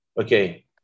Okay